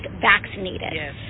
vaccinated